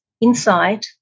Inside